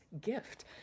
gift